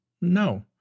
No